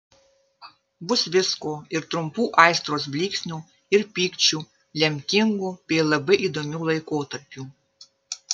bus visko ir trumpų aistros blyksnių ir pykčių lemtingų bei labai įdomių laikotarpių